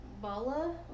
Bala